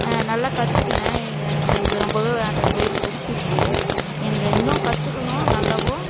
நல்லா கற்றுக்குனேன் எனக்கு ரொம்பவே அந்த தொழில் பிடிச்சிருக்கு எனக்கு இன்னும் கற்றுக்கணும் நல்லாவும்